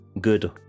good